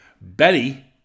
Betty